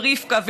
ורבקה,